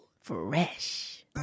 Fresh